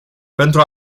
pentru